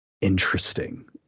interesting